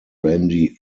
randy